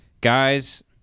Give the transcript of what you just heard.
Guys